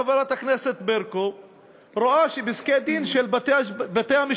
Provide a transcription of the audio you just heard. חברת הכנסת ברקו רואה שפסקי-דין של בתי-המשפט